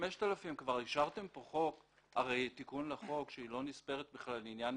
כבר אישרתם פה תיקון לחוק על כך שתכנית